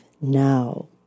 Now